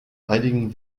einigen